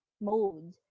mode